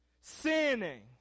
sinning